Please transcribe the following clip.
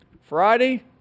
Friday